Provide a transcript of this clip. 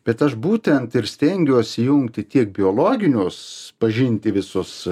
bet aš būtent ir stengiuosi jungti tiek biologinius pažinti visus